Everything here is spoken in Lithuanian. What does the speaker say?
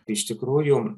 iš tikrųjų